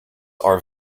are